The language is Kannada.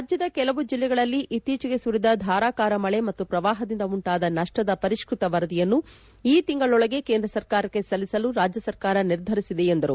ರಾಜ್ವದ ಕೆಲವು ಜೆಲ್ಲೆಗಳಲ್ಲಿ ಇತ್ತೀಚೆಗೆ ಸುರಿದ ಧಾರಾಕಾರ ಮಳೆ ಮತ್ತು ಪ್ರವಾಹದಿಂದ ಉಂಟಾದ ನಪ್ಪದ ಪರಿಷ್ಣತ ವರದಿಯನ್ನು ಈ ತಿಂಗಳೊಳಗೆ ಕೇಂದ್ರ ಸರ್ಕಾರಕ್ಕೆ ಸಲ್ಲಿಸಲು ರಾಜ್ಜ ಸರ್ಕಾರ ನಿರ್ಧರಿಸಿದೆ ಎಂದರು